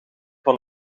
van